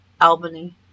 Albany